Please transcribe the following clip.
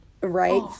Right